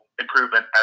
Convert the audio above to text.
improvement